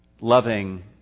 loving